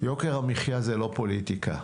יוקר המחיה זה לא פוליטיקה.